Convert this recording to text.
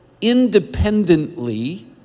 independently